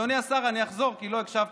אדוני השר, אני אחזור, כי לא הקשבת.